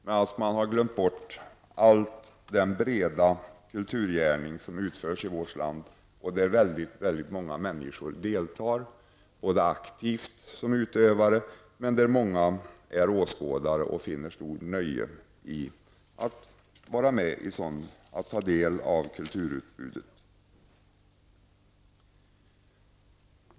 Däremot har man glömt bort hela den breda kulturgärning som utförs i vårt land. I denna verksamhet deltar mångamänniskor -- aktivt som utövare eller som åskådare, som finner stort nöje i att ta del av kulturutbudet.